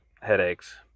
headaches